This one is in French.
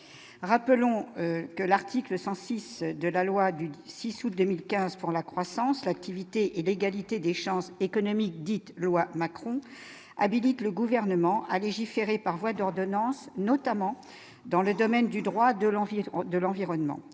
rappelons que l'article 106 de la loi du 6 août 2015 pour la croissance, l'activité et l'égalité des chances économiques, dite loi Macron habilite le gouvernement à légiférer par voie d'ordonnance, notamment dans le domaine du droit de l'environnement,